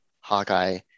Hawkeye